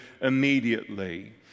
immediately